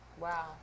Wow